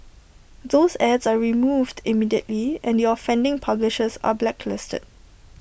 those ads are removed immediately and the offending publishers are blacklisted